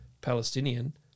Palestinian